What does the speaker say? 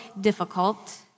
difficult